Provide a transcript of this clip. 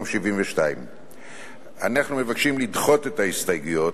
72. אנחנו מבקשים לדחות את ההסתייגויות,